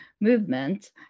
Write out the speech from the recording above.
movement